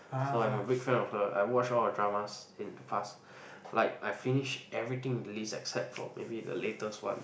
so I'm a big fan of her I watched all her dramas in the past like I finished everything released except for maybe the lastest one